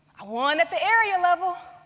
i won at the area level,